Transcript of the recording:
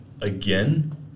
Again